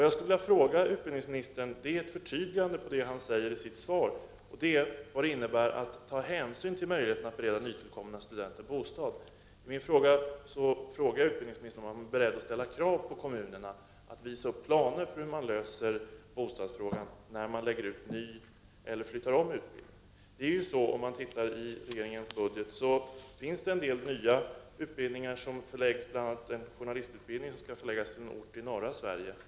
Jag skulle vilja be utbildningsministern om ett förtydligande av sitt svar. Det gäller då detta med att ta hänsyn till möjligheterna att bereda nytillkomna studenter bostad. Jag frågade om utbildningsministern var beredd att ställa krav på kommunerna att dessa skall visa upp planer för hur man löser bostadsfrågan när utbildning tillkommer eller flyttas. Om man tittar i regeringens budget, ser man att det finns en del nya utbildningar — bl.a. skall en journalistutbildning med 30 platser förläggas till en ort i norra Sverige.